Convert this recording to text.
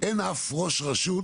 אין אף ראש רשות,